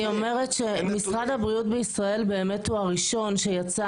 משרד הבריאות בישראל הוא הראשון שיצא